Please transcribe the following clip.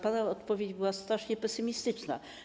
Pana odpowiedź była strasznie pesymistyczna.